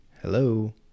hello